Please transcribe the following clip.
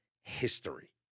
history